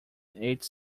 ate